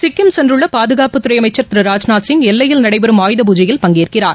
சிக்கிம் சென்றுள்ள பாதுகாப்புத்துறை அமைச்சர் திரு ராஜ்நாத் சிங் எல்லையில் நடைபெறும் ஆயுதபூஜையில் பங்கேற்கிறார்